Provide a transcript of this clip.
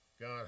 God